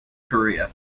korea